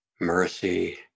mercy